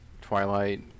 Twilight